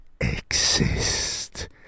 exist